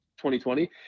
2020